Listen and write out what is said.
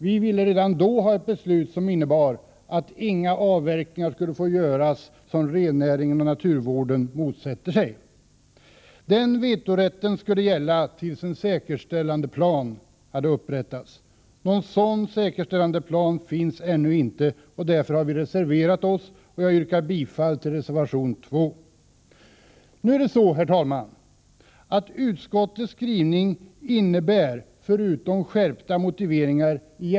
Vi ville redan då ha ett beslut som innebar att inga avverkningar som rennäringen och naturvården motsätter sig skulle få göras. Den vetorätten skulle gälla tills en säkerställandeplan hade upprättats. Någon sådan säkerställandeplan finns ännu inte, och därför har vi reserverat oss. Jag yrkar bifall till reservation 2. Nu är det så, herr talman, att utskottets skrivning egentligen inte innebär något nytt, förutom skärpta motiveringar.